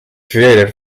created